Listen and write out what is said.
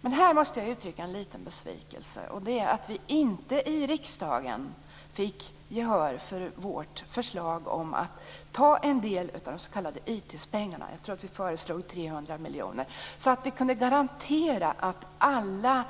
Men här måste jag uttrycka en liten besvikelse, och det är att vi inte i riksdagen fick gehör för vårt förslag om att ta en del av de s.k. ITIS-pengarna - jag tror att vi föreslog 300 miljoner - så att vi kunde garantera att alla